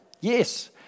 Yes